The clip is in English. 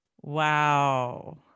Wow